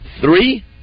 three